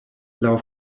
laŭ